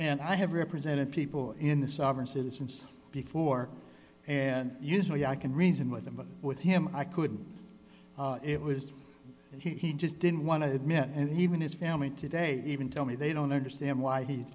and i have represented people in the sovereign citizens before and usually i can reason with them but with him i could it was he just didn't want to admit it and even his family today even tell me they don't understand why he